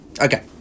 Okay